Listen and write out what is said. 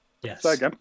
Yes